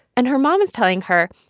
and her mom is telling her,